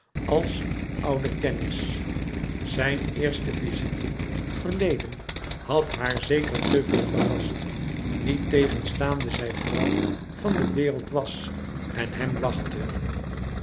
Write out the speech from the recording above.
als een oude kennis zijn eerste visite verleden had haar zeker te veel verrast niettegenstaande zij vrouw van de wereld was en hem wachtte